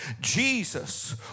Jesus